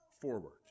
forward